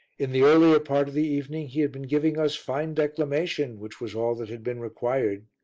in the earlier part of the evening he had been giving us fine declamation, which was all that had been required.